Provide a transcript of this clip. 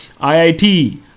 IIT